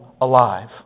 alive